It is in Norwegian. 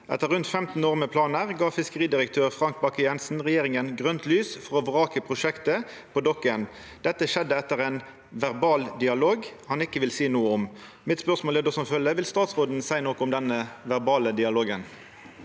Etter rundt 15 år med planer, ga fiskeridirektør Frank Bakke Jensen regjeringen grønt lys til å vrake prosjektet på Dokken.» Det skjedde etter en «verbal dialog» han ikke vil si noe om. Vil statsråden si noe om denne «verbale dialogen»?»